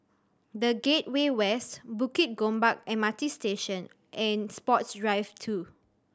The Gateway West Bukit Gombak M R T Station and Sports Drive Two